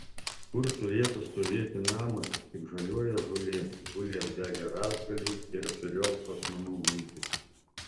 kur turėtų stovėti namas tik žaliuoja žolė guli apdegę rąstgaliai ir riogso akmenų luitai